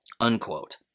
Unquote